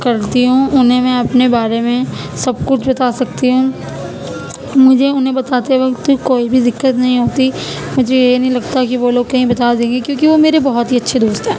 کرتی ہوں انہیں میں اپنے بارے میں سب کچھ بتا سکتی ہوں مجھے انہیں بتاتے وقت کوئی بھی دقت نہیں ہوتی مجھے یہ نہیں لگتا کہ وہ لوگ کہیں بتا دیں گے کیونکہ وہ میرے بہت اچھے دوست ہیں